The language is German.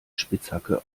spitzhacke